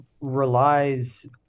relies